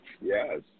Yes